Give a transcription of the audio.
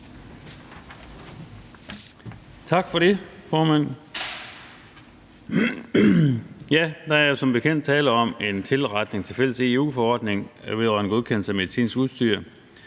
Tak for det, formand. Der er som bekendt tale om en tilretning til fælles EU-forordning vedrørende godkendelse af medicinsk udstyr.